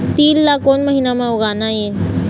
तील ला कोन महीना म उगाना ये?